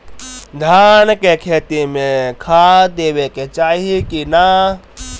धान के खेती मे खाद देवे के चाही कि ना?